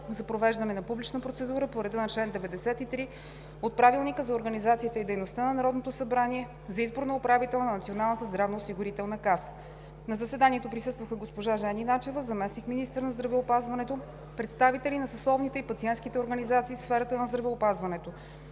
за провеждане на публична процедура по реда на чл. 93 от Правилника за организацията и дейността на Народното събрание за избор на управител на Националната здравноосигурителна каса. На заседанието присъстваха: госпожа Жени Начева – заместник-министър на здравеопазването, представители на съсловните и пациентските организации в сферата на здравеопазването.